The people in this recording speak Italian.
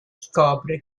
scopre